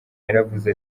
yaravuze